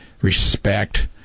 respect